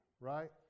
right